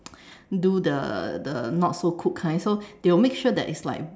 do the the not so cooked kind so they will make sure that it's like